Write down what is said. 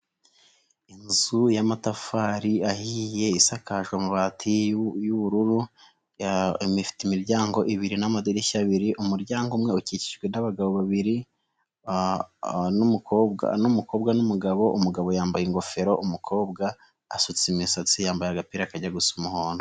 Inzu y'amatafari ahiye isakaje amabati y'ubururu; ifite imiryango ibiri n'amadirishya abiri, umuryango umwe ukikijwe n'abagabo babiri, n'umukobwa n'umugabo, umugabo yambaye ingofero, umukobwa asutse imisatsi yambaye agapira kajya gusa umuhondo.